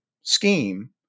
scheme